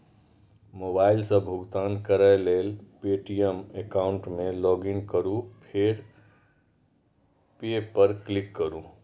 mobile सं भुगतान करै लेल पे.टी.एम एकाउंट मे लॉगइन करू फेर पे पर क्लिक करू